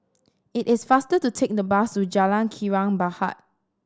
it is faster to take the bus to Jalan Kilang Barat